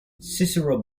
cicero